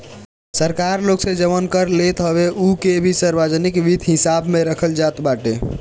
सरकार लोग से जवन कर लेत हवे उ के भी सार्वजनिक वित्त हिसाब में रखल जात बाटे